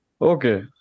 Okay